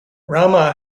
rama